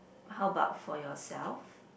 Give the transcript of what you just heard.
how about for yourself